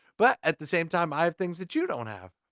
but, at the same time, i have things that you don't have.